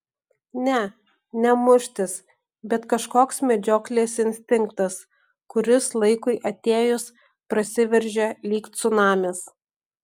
ne ne muštis bet kažkoks medžioklės instinktas kuris laikui atėjus prasiveržia lyg cunamis